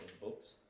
books